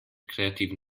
kreativen